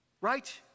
right